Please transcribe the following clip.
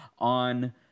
on